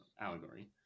allegory